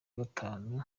gatanu